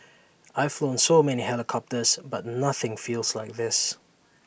I've flown so many helicopters but nothing feels like this